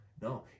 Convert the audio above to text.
No